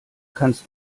kannst